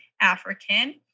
African